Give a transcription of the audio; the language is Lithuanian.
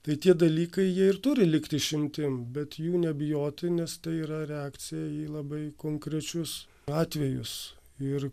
tai tie dalykai jie ir turi likti išimtim bet jų nebijoti nes tai yra reakcija į labai konkrečius atvejus ir